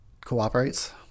cooperates